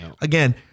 again